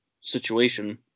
situation